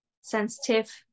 sensitive